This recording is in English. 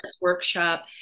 workshop